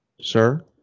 Sir